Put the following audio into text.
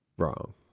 wrong